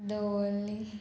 Davorlim